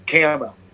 camo